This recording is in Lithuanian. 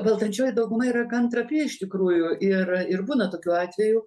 valdančioji dauguma yra gan trapi iš tikrųjų ir ir būna tokių atvejų